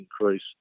increase